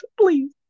please